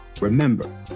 Remember